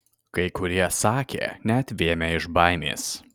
kai kurie sakė net vėmę iš baimės